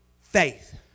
faith